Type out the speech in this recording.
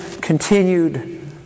continued